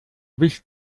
wicht